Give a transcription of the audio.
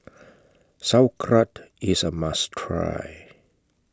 Sauerkraut IS A must Try